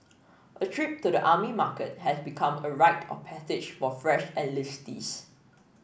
a trip to the army market has become a rite of passage for fresh enlistees